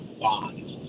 bonds